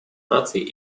наций